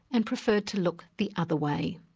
and preferred to look the other way.